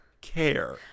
care